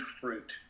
fruit